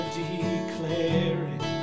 declaring